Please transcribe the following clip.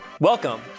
Welcome